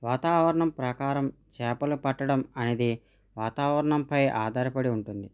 వాతావరణం ప్రకారం చేపలు పట్టడం అనేది వాతావరణంపై ఆధారపడి ఉంటుంది